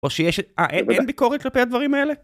או שיש... אה, אין ביקורת כלפי הדברים האלה?